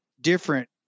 different